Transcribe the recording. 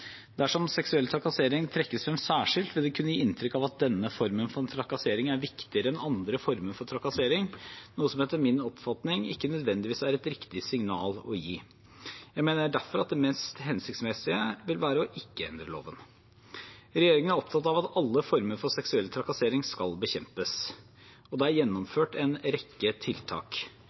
Dersom seksuell trakassering trekkes frem særskilt, vil det kunne gi inntrykk av at denne formen for trakassering er viktigere enn andre former for trakassering, noe som etter min oppfatning ikke nødvendigvis er et riktig signal å gi. Jeg mener derfor at det mest hensiktsmessige vil være ikke å endre loven. Regjeringen er opptatt av at alle former for seksuell trakassering skal bekjempes, og det er gjennomført en rekke tiltak.